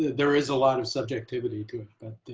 there is a lot of subjectivity to it